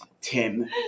Tim